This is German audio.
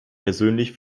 persönlich